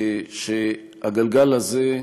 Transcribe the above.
שהגלגל הזה,